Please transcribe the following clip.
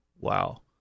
Wow